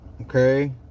okay